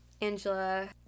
Angela